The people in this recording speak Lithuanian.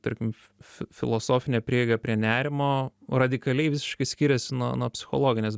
tarkim filosofinė prieiga prie nerimo o radikaliai visiškai skiriasi nuo psichologinės